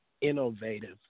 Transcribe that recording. innovative